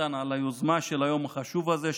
ביטון על היוזמה של היום החשוב הזה,